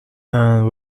and